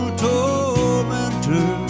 tormentor